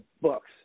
books